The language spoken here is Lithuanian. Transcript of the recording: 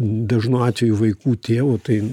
dažnu atveju vaikų tėvu tai